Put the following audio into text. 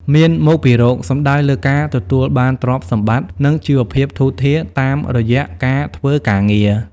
«មានមកពីរក» សំដៅលើការទទួលបានទ្រព្យសម្បត្តិ និងជីវភាពធូរធារតាមរយៈការធ្វើការងារ។